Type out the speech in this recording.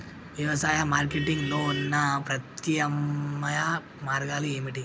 వ్యవసాయ మార్కెటింగ్ లో ఉన్న ప్రత్యామ్నాయ మార్గాలు ఏమిటి?